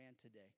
today